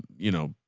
you know,